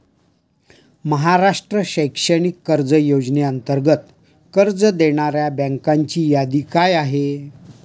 महाराष्ट्र शैक्षणिक कर्ज योजनेअंतर्गत कर्ज देणाऱ्या बँकांची यादी काय आहे?